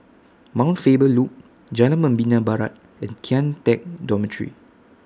Mount Faber Loop Jalan Membina Barat and Kian Teck Dormitory